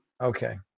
Okay